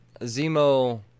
Zemo